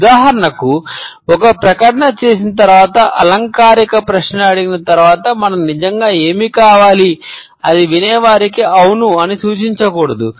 ఉదాహరణకు ఒక ప్రకటన చేసిన తర్వాత లేదా అలంకారిక ప్రశ్న అడిగిన తరువాత మనకు నిజంగా ఏమి కావాలి అది వినేవారికి అవును అని సూచించకూడదు